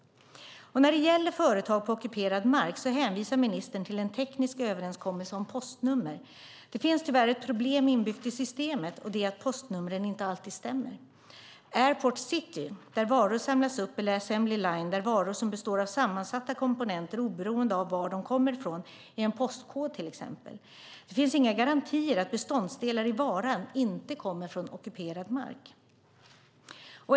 När det gäller företag på ockuperad mark hänvisar ministern till en teknisk överenskommelse om postnummer. Det finns tyvärr ett problem inbyggt i systemet, och det är att postnumren inte alltid stämmer. Airport City där varor samlas upp eller assembly line där varor som består av sammansatta komponenter oberoende av var de kommer ifrån är en postkod till exempel. Det finns inga garantier för att beståndsdelar i varan inte kommer från ockuperad mark.